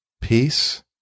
peace